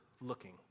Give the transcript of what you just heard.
looking